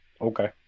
okay